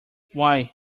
why